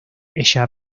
ella